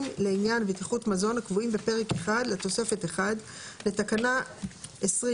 לעניין בטיחות מזון הקבועים בפרק 1 לתוספת 1 לתקנה 2073/2005,